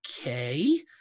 okay